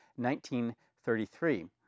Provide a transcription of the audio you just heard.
1933